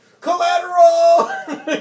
Collateral